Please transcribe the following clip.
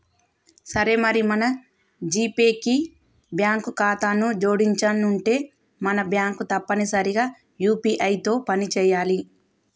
సరే మరి మన జీపే కి బ్యాంకు ఖాతాను జోడించనుంటే మన బ్యాంకు తప్పనిసరిగా యూ.పీ.ఐ తో పని చేయాలి